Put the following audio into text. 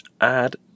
add